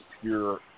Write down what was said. pure